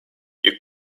you